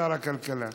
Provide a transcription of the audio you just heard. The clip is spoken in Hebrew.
שר הכלכלה.